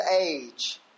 age